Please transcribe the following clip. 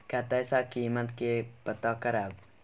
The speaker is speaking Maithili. कतय सॅ कीमत के पता करब?